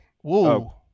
Whoa